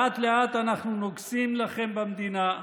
לאט-לאט אנחנו נוגסים לכם במדינה.